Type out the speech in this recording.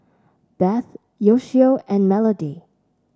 Beth Yoshio and Melody